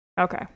Okay